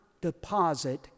deposit